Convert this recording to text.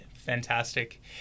Fantastic